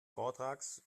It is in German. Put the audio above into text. vortrages